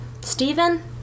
Stephen